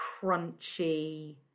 crunchy